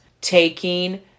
taking